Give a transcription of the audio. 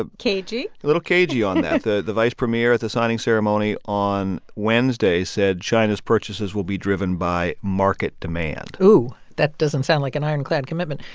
ah cagey. a little cagey on that. the the vice premier at the signing ceremony on wednesday said china's purchases will be driven by market demand ooh, that doesn't sound like an iron-clad commitment.